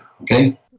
okay